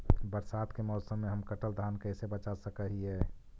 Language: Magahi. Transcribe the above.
बरसात के मौसम में हम कटल धान कैसे बचा सक हिय?